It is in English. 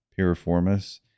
piriformis